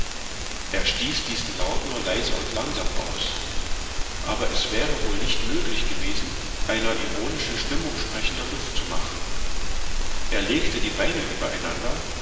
er stieß diesen laut nur leise und langsam aus aber es wäre wohl nicht möglich gewesen einer ironischen stimmung sprechender luft zu machen er legte die beine über